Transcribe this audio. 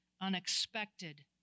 unexpected